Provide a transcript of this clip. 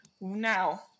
now